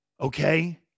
Okay